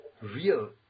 Real